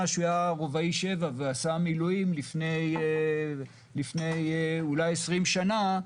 שהוא היה רובאי 7 ועשה מילואים הייתה לפני 20 שנה.